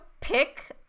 pick